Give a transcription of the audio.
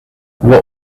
what